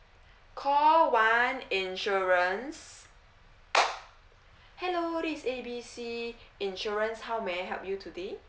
call one insurance hello this is A B C insurance how may I help you today